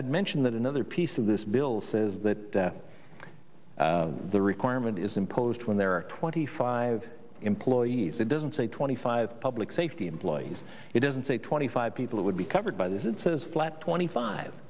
mention that another piece of this bill says that the requirement is imposed when there are twenty five employees it doesn't say twenty five public safety employees it doesn't say twenty five people it would be covered by this it says flat twenty five